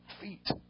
feet